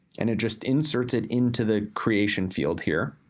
and it just inserts it into the creation field here.